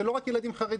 זה לא רק ילדים חרדים.